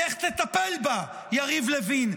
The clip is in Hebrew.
לך תטפל בה, יריב לוין.